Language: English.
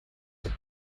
have